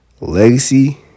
Legacy